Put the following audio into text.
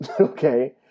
okay